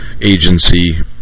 agency